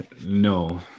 no